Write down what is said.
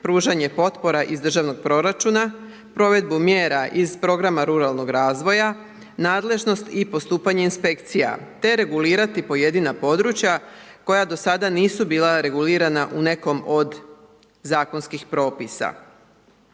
pružanje potpora iz državnog proračuna, provedbu mjera iz programa ruralnog razvoja, nadležnost i postupanje inspekcija, te regulirati pojedina područja koja do sada nisu bila regulirana u nekom od zakonskih propisa.